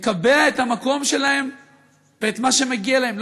לקבע את המקום שלהן ואת מה שמגיע להן.